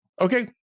Okay